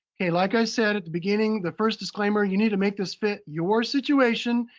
okay, like i said at the beginning. the first disclaimer, you need to make this fit your situation,